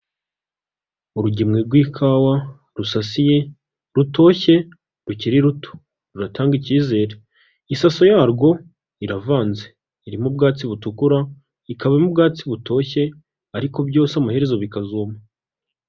Urugemwe rw'ikawa, rusasiye, rutoshye, rukiri ruto, ruratanga icyizere, isaso y'arwo iravanze, irimo ubwatsi butukura, ikabamo ubwatsi butoshye, ariko byose amaherezo bikazuma.